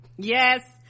yes